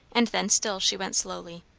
and then still she went slowly.